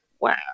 Wow